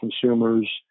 consumers